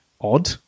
odd